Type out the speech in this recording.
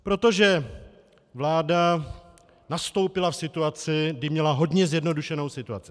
Protože vláda nastoupila v situaci, kdy měla hodně zjednodušenou situaci.